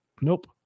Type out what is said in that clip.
nope